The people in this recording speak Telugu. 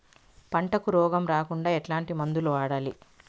పంటకు రోగం రాకుండా ఎట్లాంటి మందులు వాడాలి?